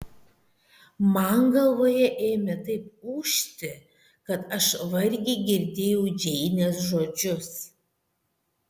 man galvoje ėmė taip ūžti kad aš vargiai girdėjau džeinės žodžius